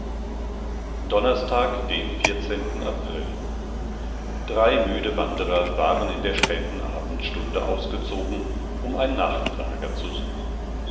donnerstag den april drei müde wanderer waren in der späten abendstunde ausgezogen um ein nachtlagerzusuchen siezogendurcheinenärmlichenundschwachbebauten